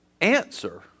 answer